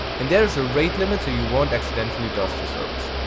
and there is a rate-limit so you won't accidentally dos the service.